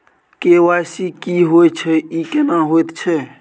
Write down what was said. KYC की होय छै, ई केना होयत छै?